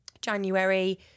January